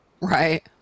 right